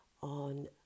on